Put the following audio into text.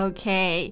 Okay